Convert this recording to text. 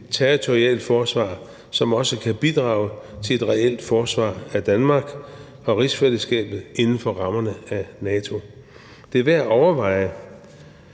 territorialforsvar, som også kan bidrage til et reelt forsvar af Danmark og rigsfællesskabet inden for rammerne af NATO. Det er værd at overveje,